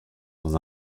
dans